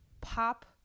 pop